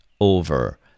over